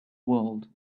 world